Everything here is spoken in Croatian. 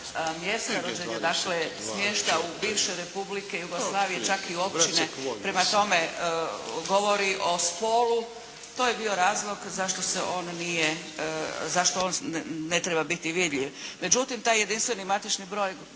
rođenja, dakle, smješta u bivše republike Jugoslavije, čak i općine. Prema tome, govori o spolu, to je bio razlog zašto se on nije, zašto on ne treba biti vidljiv. Međutim, taj jedinstveni matični broj